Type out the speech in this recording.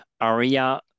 ARIA